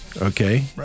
Okay